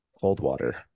Coldwater